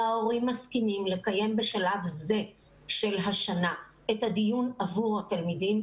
וההורים מסכימים לקיים בשלב זה של השנה את הדיון עבור התלמידים,